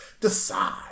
Decide